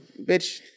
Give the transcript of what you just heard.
bitch